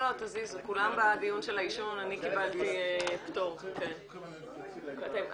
אני הרופא הראשי של הביטוח הלאומי ואני מבקש להתייחס לפן הרפואי,